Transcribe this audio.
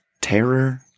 terror